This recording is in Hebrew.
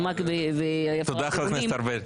מרמה והפרת אמונים,